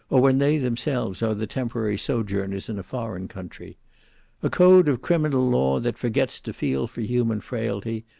or when they themselves are the temporary sojourners in a foreign country a code of criminal law that forgets to feel for human frailty,